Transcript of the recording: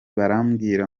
barambwira